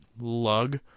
lug